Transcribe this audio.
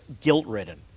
guilt-ridden